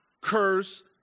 curse